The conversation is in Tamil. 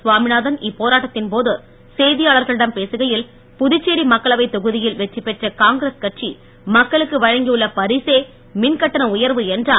சுவாமிநாதன் இப்போராட்டத்தின் போது செய்தியாளர்களிடம் பேசுகையில் புதுச்சேரி மக்களவைத் தொகுதியில் வெற்றி பெற்ற காங்கிரஸ் கட்சி மக்களுக்கு வழங்கியுள்ள பரிசே மின்கட்டண உயர்வு என்றார்